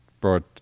brought